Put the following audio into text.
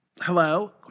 hello